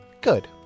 Good